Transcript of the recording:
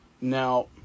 Now